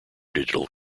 digital